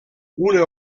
una